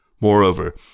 Moreover